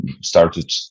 started